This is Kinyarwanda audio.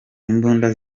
imbunda